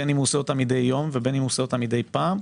בין אם הוא עושה אותה מדי יום ובין אם הוא עושה אותה מדי פעם,